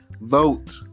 vote